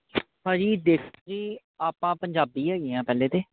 ਭਾਅ ਜੀ ਦੇਖੋ ਜੀ ਆਪਾਂ ਪੰਜਾਬੀ ਹੈਗੇ ਹਾਂ ਪਹਿਲੇ ਤਾਂ